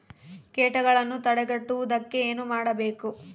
ಕೇಟಗಳನ್ನು ತಡೆಗಟ್ಟುವುದಕ್ಕೆ ಏನು ಮಾಡಬೇಕು?